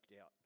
out